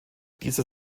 dieser